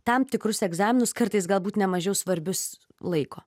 tam tikrus egzaminus kartais galbūt ne mažiau svarbius laiko